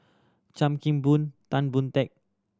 Chan Kim Boon Tan Boon Teik